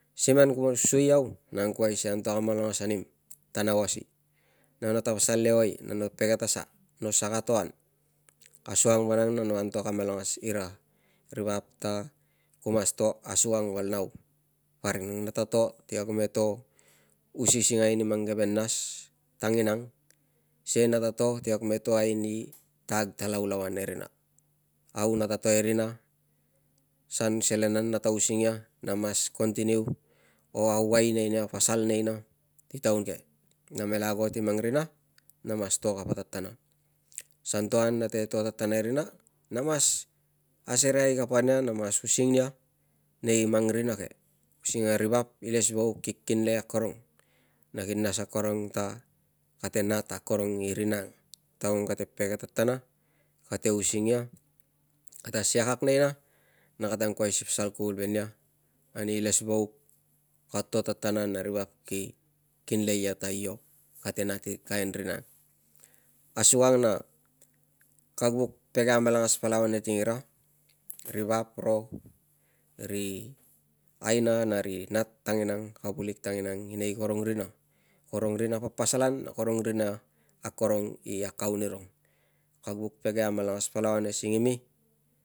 Si man kuo sui iau, no nap si na angkuai si antok amalangas anim ta nau a si, na nata pasal leoi, na no pege ta sa, no saka to an asuang vanang na no antok amalangas ira ri vap ta ku mas to asuang val nau. Parik nang nata to tiak me to usiusingai ani mang keve nas tanginang, sikei nata to ti kag me toai ni takag ta laulauan e rina. Au nata to e rina, san selen an nata using ia na mas continue o auai nei na, pasal nei na si taun ke namela ago ti mang rina namas to kapa tatana. San to an nata to tatana e rina na mas asereai kapa nia, na mas using ia nei mang rina ke using ari vap ilesvauk ki kinle akorong na ki nas akorong ta kate nat akorong i rina. Taun kate pege tatana kate using ia, kate asia kak nei na na kate angkuai si pasal kuvul ve nia ani ilesvauk ka to tatana na ri vap ki kinlei ia ta io, kate nat i kain rina ang. Asuang na kag vuk pege amalangas palau ane tingira ri vap ro, ri aina na ri nat tanginang, kavulik tanginang i nei karong rina, karong rina paspasalan na karong rina akorong i akau nirong. Kag vuk pege amalangas palau ane singimi